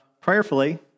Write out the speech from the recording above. prayerfully